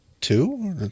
Two